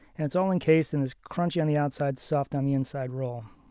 and it's all encased in this crunchy-on-the-outside, soft-on-the-inside roll.